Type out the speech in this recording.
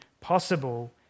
possible